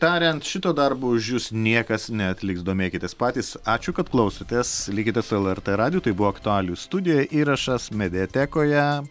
tariant šito darbo už jus niekas neatliks domėkitės patys ačiū kad klausotės likite su lrt radiju tai buvo aktualijų studija įrašas mediatekoje